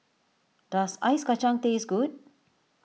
does Ice Kachang taste good